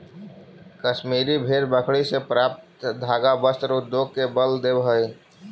कश्मीरी भेड़ बकरी से प्राप्त धागा वस्त्र उद्योग के बल देवऽ हइ